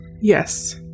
Yes